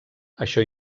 això